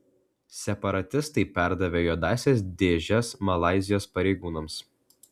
separatistai perdavė juodąsias dėžes malaizijos pareigūnams